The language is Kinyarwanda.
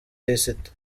lisiti